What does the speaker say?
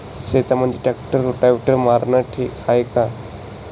शेतामंदी tractor rotavator मारनं ठीक हाये का?